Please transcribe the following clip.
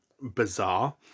bizarre